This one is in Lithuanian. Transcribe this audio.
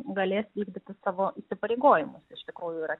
galės vykdyti savo įsipareigojimus iš tikrųjų yra